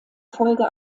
folge